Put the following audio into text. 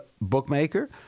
bookmaker